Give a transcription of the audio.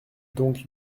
donc